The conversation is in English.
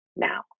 Now